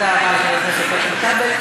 תודה רבה, אדוני חבר הכנסת איתן כבל.